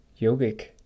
yogic